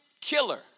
killer